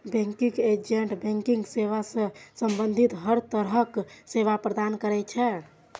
banking agent banking सेवा सं संबंधित हर तरहक सेवा प्रदान करै छै